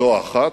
זו האחת,